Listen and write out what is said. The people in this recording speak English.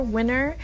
Winner